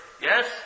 Yes